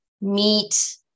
meet